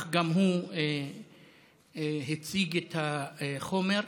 וגם הוא הציג את החומר.